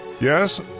Yes